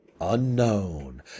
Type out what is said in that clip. unknown